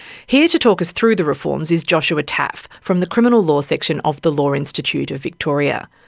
here to talk us through the reforms is joshua taaffe from the criminal law section of the law institute of victoria.